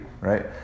Right